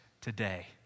today